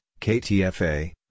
KTFA